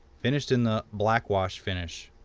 finished in the black wash finish,